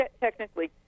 technically